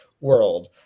world